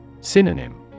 Synonym